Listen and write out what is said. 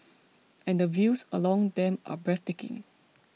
and the views along them are breathtaking